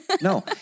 No